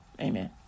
Amen